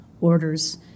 orders